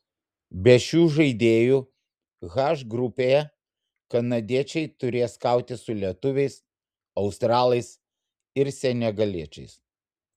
be šių žaidėjų h grupėje kanadiečiai turės kautis su lietuviais australais ir senegaliečiais